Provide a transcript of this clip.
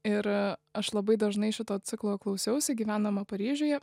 ir aš labai dažnai šito ciklo klausiausi gyvenama paryžiuje